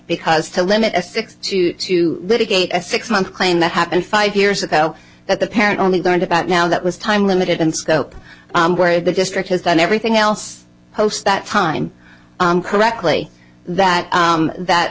because to limit a six to to litigate a six month claim that happened five years ago that the parent only learned about now that was time limited and scope where the district has done everything else post that time correctly that